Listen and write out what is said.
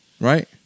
Right